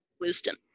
wisdom